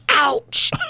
Ouch